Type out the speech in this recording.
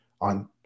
on